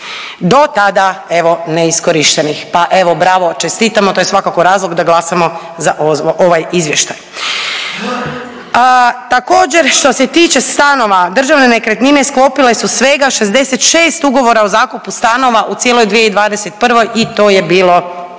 do tada evo neiskorištenih. Pa evo bravo, čestitamo to je svakako razlog da glasamo za ovaj izvještaj. Također što se tiče stanova, Državne nekretnine sklopile su svega 66 ugovora o zakupu stanova u cijeloj 2021. i to je bilo